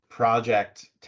Project